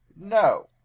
No